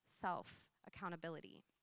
self-accountability